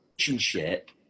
relationship